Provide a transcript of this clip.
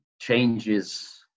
changes